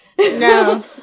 No